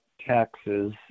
taxes